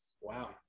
Wow